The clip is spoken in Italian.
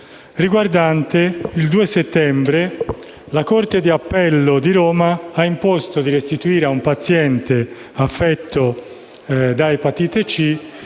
scorso. Il 2 settembre la corte di appello di Roma ha imposto di restituire a un paziente affetto da epatite C